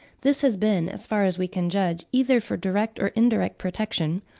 this has been, as far as we can judge, either for direct or indirect protection,